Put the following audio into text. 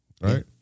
right